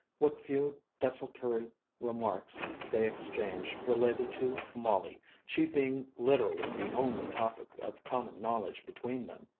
what few desultory remarks they exchanged related to molly, she being literally the only topic of common knowledge between them.